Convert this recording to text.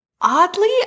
Oddly